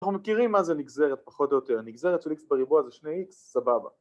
אנחנו מכירים מה זה נגזרת פחות או יותר, נגזרת של x בריבוע זה 2x, סבבה